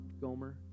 Gomer